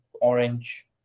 orange